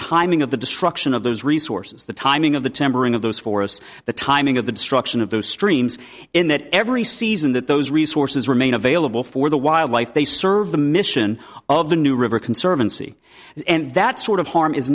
timing the destruction of those resources the timing of the tempering of those forests the timing of the destruction of those streams in that every season that those resources remain available for the wildlife they serve the mission of the new river conservancy and that sort of harm is